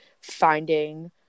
finding